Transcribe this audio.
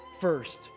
First